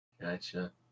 Gotcha